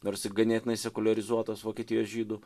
nors ir ganėtinai sekuliarizuotos vokietijos žydų